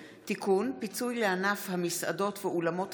(תיקון, הקמת מערך נאמני מניעת